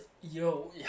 yo